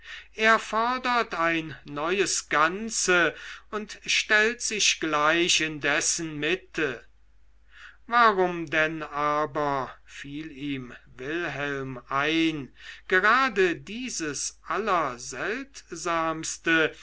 er fordert ein neues ganze und stellt sich gleich in dessen mitte warum denn aber fiel wilhelm ihm ein gerade dieses